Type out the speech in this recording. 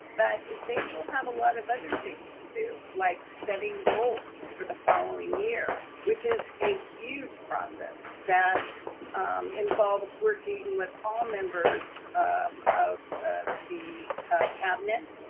but they will have a lot of other things to do like setting goals for the following year, which is a huge process that involves working with all members um of the cabinet.